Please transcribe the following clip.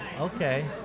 okay